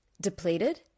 depleted